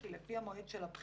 כי לפי המועד של הבחירות,